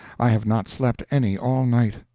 i have not slept any all night.